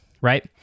right